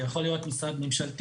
זה יכול להיות משרד ממשלתי,